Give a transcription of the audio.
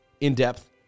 in-depth